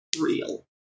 real